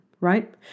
right